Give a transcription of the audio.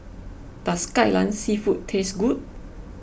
does Kai Lan Seafood taste good